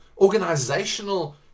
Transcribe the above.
organizational